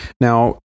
Now